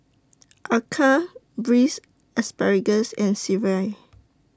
Acar Braised Asparagus and Sireh